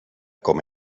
com